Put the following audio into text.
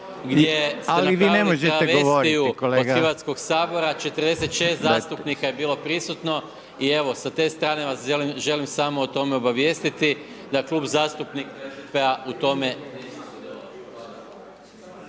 amnestiju od Hrvatskog sabora, 46 zastupnika je bilo prisutno i evo sa te strane vas želim samo o tome obavijestiti, da Klub zastupnika u tome